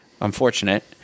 unfortunate